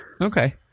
Okay